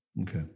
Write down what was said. Okay